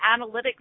analytics